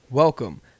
Welcome